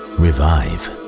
revive